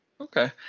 Okay